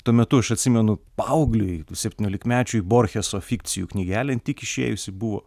tuo metu aš atsimenu paaugliui septyniolikmečiui borcheso fikcijų knygelę jin tik išėjusi buvo